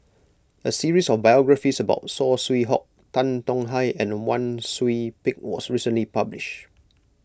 a series of biographies about Saw Swee Hock Tan Tong Hye and Wang Sui Pick was recently published